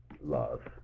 love